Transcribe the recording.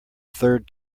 third